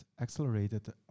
accelerated